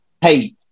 Hey